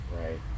right